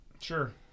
Sure